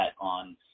on